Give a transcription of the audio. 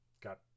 got